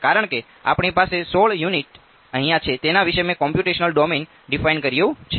કારણકે આપણી પાસે 16 યુનિટ અહિયાં છે તેના વિશે મેં કોમ્યુંટેશનલ ડોમેઈન ડીફાઈન કર્યું છે